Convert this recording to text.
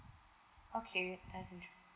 okay that's interesting